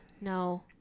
no